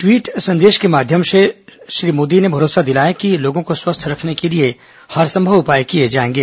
tweet के माध्यम से श्री मोदी ने भरोसा दिलाया कि लोगों को स्वस्थ रखने के लिए हरसंभव उपाय किये जायेंगे